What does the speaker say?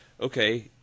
okay